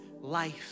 life